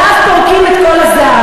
עליו פורקים את כל הזעם.